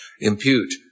impute